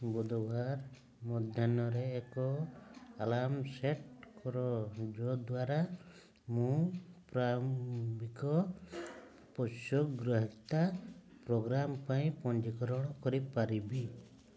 ବୁଧବାର ମଧ୍ୟାହ୍ନରେ ଏକ ଆଲାର୍ମ ସେଟ୍ କର ଯଦ୍ୱାରା ମୁଁ ପ୍ରାରମ୍ଭିକ ପୋଷ୍ୟଗ୍ରହିତା ପ୍ରୋଗ୍ରାମ୍ ପାଇଁ ପଞ୍ଜିକରଣ କରିପାରିବି